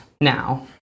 now